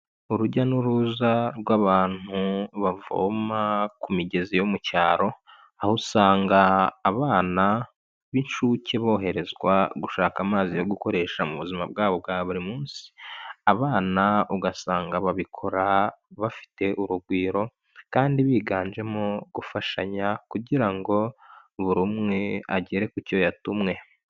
Urujya n'uruza rw'abantu bavoma ku migezi yo mu cyaro, aho usanga abana b'incuke boherezwa gushaka amazi yo gukoresha mu buzima bwabo bwa buri munsi, abana ugasanga babikora bafite urugwiro kandi biganjemo gufashanya kugira ngo buri umwe agere ku cyo yatumwe.